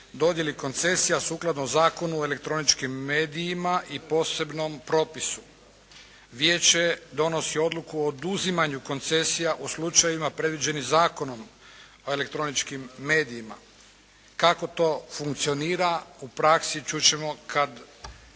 dodjeli koncesija sukladno Zakonu o elektroničkim medijima i posebnom propisu. Vijeće donosi Odluku o oduzimanju koncesija u slučajevima predviđenim Zakonom o elektroničkim medijima. Kao to funkcionira u praksi čut ćemo kad